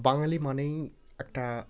বাঙালি মানেই একটা